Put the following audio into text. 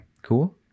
cool